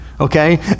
okay